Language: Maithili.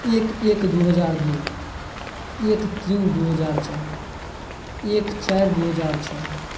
एक एक दू हजार दू एक तीन दू हजार चारि एक चारि दू हजार छओ